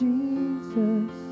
Jesus